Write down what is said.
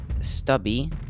Stubby